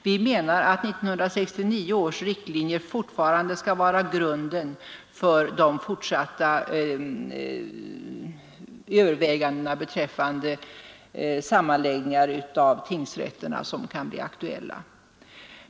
Vi menar att 1969 års riktlinjer fortfarande skall vara grunden för de överväganden beträffande sammanläggningar av tingsrätter som kan bli aktuella.